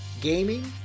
gaming